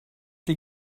die